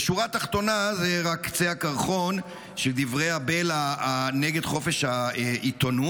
בשורה התחתונה זה רק קצה הקרחון של דברי הבלע נגד חופש העיתונות,